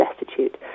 destitute